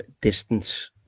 distance